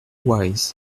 wise